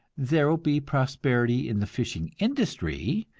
there will be prosperity in the fishing industry,